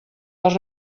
les